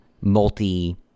multi